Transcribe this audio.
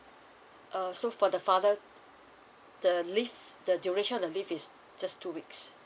uh so for the father the leave the duration of the leave is just two weeks